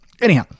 anyhow